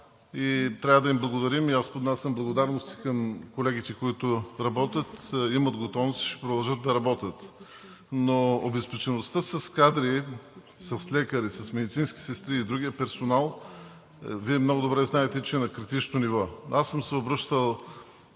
Трябва да им благодарим. Аз поднасям благодарности към колегите, които работят, имат готовност и ще продължат да работят. Обезпечеността с кадри – лекари, медицински сестри и другия персонал, Вие много добре знаете, че е на критично ниво.